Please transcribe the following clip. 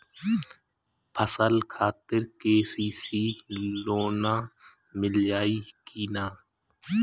फसल खातिर के.सी.सी लोना मील जाई किना?